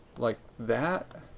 like that?